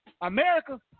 America